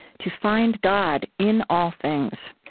to find god in all things.